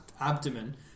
abdomen